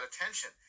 attention